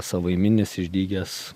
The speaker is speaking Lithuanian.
savaiminis išdygęs